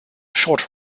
short